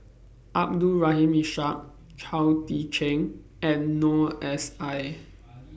Abdul Rahim Ishak Chao Tzee Cheng and Noor S I